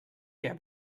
què